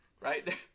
right